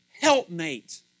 helpmate